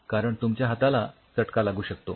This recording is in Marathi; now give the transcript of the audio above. कारण तुमच्या हाताला चटका लागू शकतो